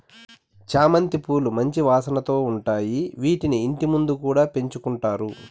చామంతి పూలు మంచి వాసనతో ఉంటాయి, వీటిని ఇంటి ముందు కూడా పెంచుకుంటారు